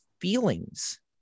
Feelings